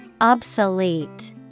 Obsolete